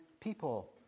people